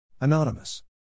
Anonymous